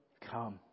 come